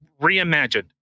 reimagined